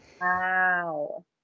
Wow